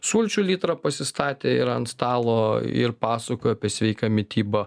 sulčių litrą pasistatę yra ant stalo ir pasakoja apie sveiką mitybą